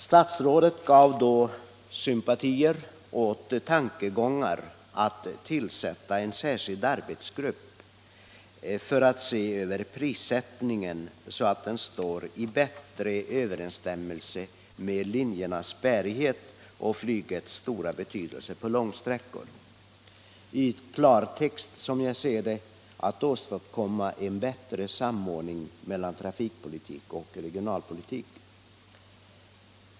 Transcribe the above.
Statsrådet gav då uttryck för sympatier att tillsätta en särskild arbetsgrupp för att se över prissättningen så att den står i bättre överensstämmelse med linjernas bärighet och flygets stora betydelse på långsträckor — i klartext som jag Om prishöjningarna Om prishöjningarna på inrikesflygets linjer till övre Norrland ser det att åstadkomma en bättre samordning mellan trafikpolitik och regionalpolitik.